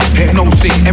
hypnosis